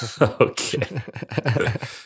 Okay